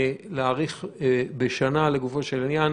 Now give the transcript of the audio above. להאריך בשנה לגופו של עניין.